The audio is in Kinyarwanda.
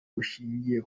bushingiye